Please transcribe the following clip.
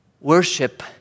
worship